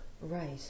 Right